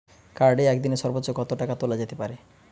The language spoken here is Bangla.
কার্ডে একদিনে সর্বোচ্চ কত টাকা তোলা যেতে পারে?